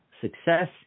success